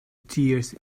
tears